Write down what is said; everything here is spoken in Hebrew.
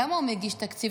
למה הוא מגיש תקציב